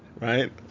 right